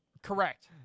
Correct